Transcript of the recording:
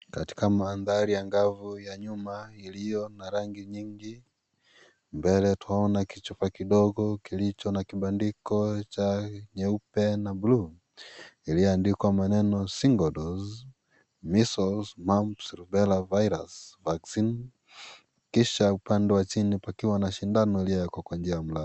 Katika mandhari ya angavu ya nyumba iliyo na rangi nyingi, mbele twaona kichupa kidogo kilicho na kibadiko chai, nyeupe na buluu kilioandikwa maneno single dose Measles, Mumps, Rubella virus vaccine . Kisha upande wa chini kukiwa na sindano iliyoko kwa njia ya mlango.